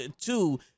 two